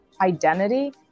identity